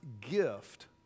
gift